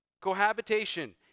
cohabitation